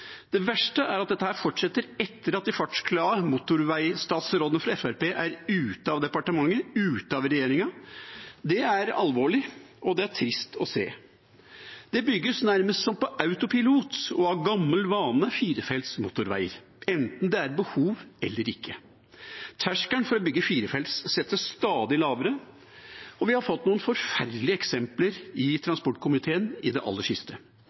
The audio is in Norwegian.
Det verste er at dette fortsetter etter at de fartsglade motorveistatsrådene fra Fremskrittspartiet er ute av departementet, ute av regjeringa. Det er alvorlig, og det er trist å se. Det bygges nærmest som på autopilot og av gammel vane firefelts motorvei enten det er behov eller ikke. Terskelen for å bygge fire felt settes stadig lavere, og vi har fått noen forferdelige eksempler i transportkomiteen i det aller siste.